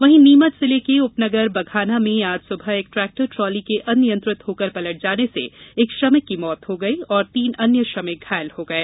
वहीं नीमच जिले के उपनगर बघाना में आज सुबह एक ट्रेक्टर ट्राली के अनियंत्रित होकर पलट जाने से एक श्रमिक की मौत हो गयी और तीन अन्य श्रमिक घायल हो गए